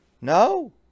No